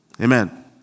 Amen